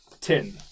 ten